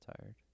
tired